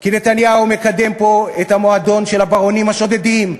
כי נתניהו מקדם פה את המועדון של הברונים השודדים,